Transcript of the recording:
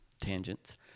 tangents